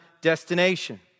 destination